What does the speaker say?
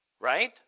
Right